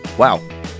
Wow